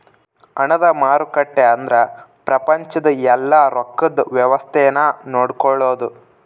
ಹಣದ ಮಾರುಕಟ್ಟೆ ಅಂದ್ರ ಪ್ರಪಂಚದ ಯೆಲ್ಲ ರೊಕ್ಕದ್ ವ್ಯವಸ್ತೆ ನ ನೋಡ್ಕೊಳೋದು